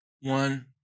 One